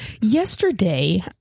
Yesterday